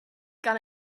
got